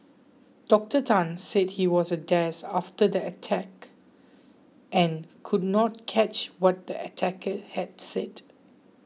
Doctor Tan said he was a daze after the attack and could not catch what the attacker had said